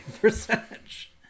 percentage